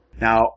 Now